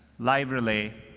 live relay,